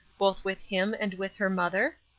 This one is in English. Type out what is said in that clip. both with him and with her mother?